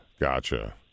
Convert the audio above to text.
gotcha